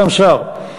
גם שר.